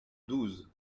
douze